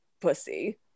pussy